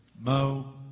Mo